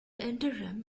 interim